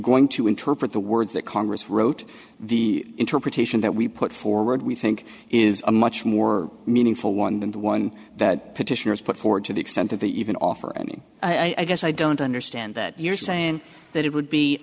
going to interpret the words that congress wrote the interpretation that we put forward we think is a much more meaningful one than the one that petitioners put forward to the extent of even offer any i guess i don't understand that you're saying that it would be